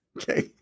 Okay